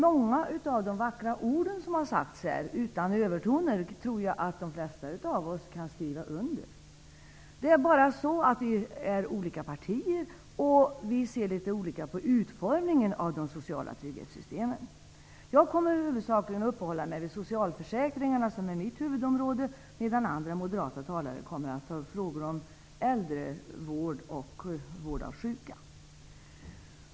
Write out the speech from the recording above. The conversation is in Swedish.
Många av de vackra ord som har sagts här, utan övertoner, tror jag att de flesta av oss kan skriva under. Men nu är vi olika partier, och vi ser litet olika på utformningen av de sociala trygghetssystemen. Jag kommer huvudsakligen att uppehålla mig vid socialförsäkringarna, som är mitt huvudområde, medan andra moderata talare kommer att behandla frågor om äldrevård och vård av sjuka.